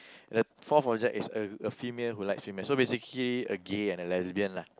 and the fourth object is a female who like female so basically a gay and a lesbian lah